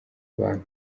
abantu